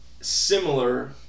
similar